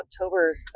October